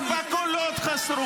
חבר הכנסת